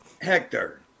Hector